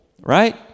right